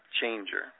changer